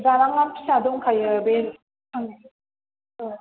दालाङा फिसा दंखायो बे अ